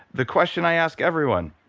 the question i ask everyone,